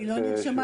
היושב ראש,